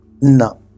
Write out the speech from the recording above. No